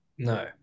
No